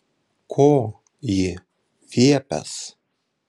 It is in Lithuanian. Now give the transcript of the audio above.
ko ji viepias